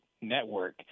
network